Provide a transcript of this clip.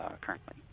currently